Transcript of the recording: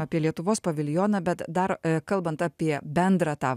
apie lietuvos paviljoną bet dar kalbant apie bendrą tą